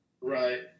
Right